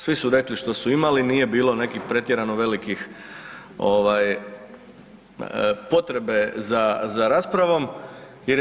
Svi su rekli što su imali nije bilo nekih pretjerano velikih ovaj potrebe za, za raspravom jer je